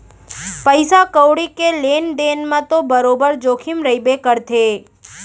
पइसा कउड़ी के लेन देन म तो बरोबर जोखिम रइबे करथे